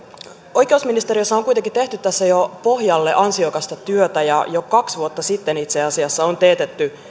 oikeusministeriössähän on kuitenkin tehty tässä jo pohjalle ansiokasta työtä ja jo kaksi vuotta sitten itse asiassa on teetetty